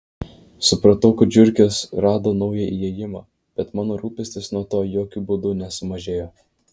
supratau kad žiurkės rado naują įėjimą bet mano rūpestis nuo to jokiu būdu nesumažėjo